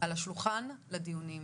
על השולחן לדיונים.